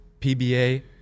PBA